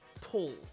pull